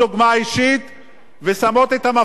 ושמות את המפתח והולכות הביתה.